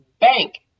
bank